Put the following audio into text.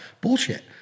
bullshit